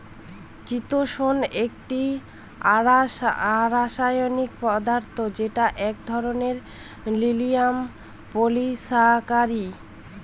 চিতোষণ একটি অরাষায়নিক পদার্থ যেটা এক ধরনের লিনিয়ার পলিসাকরীদ